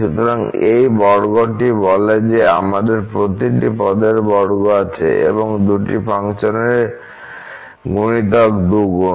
সুতরাং এই বর্গটি বলে যে আমাদের প্রতিটি পদের বর্গ আছে এবং দুটি ফাংশনের গুণিতক 2 গুণ